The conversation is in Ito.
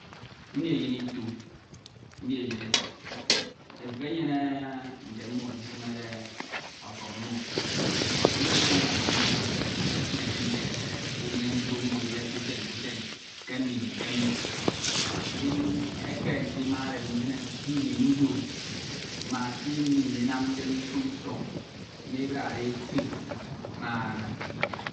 . Ndi eyin ito, ndi eyin efiki efik. Efik enyene nte mmo esinede ọfọñ mmo Mmo esine ọfọñ mmo ekiene ite ubine mkpo mmo edide ke usen ke usen, ke mmini ke mmini. Ndin eke nsimade ndisine ke ini ndo ma ke ini enamde mkpo isọñ me ebiade ekpe ma